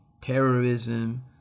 terrorism